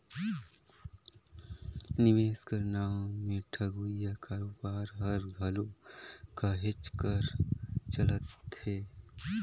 निवेस कर नांव में ठगोइया कारोबार हर घलो कहेच कर चलत हे